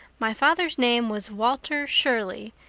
my father's name was walter shirley,